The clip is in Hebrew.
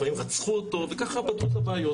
לפעמים רצחו אותו וככה פתרו את הבעיות.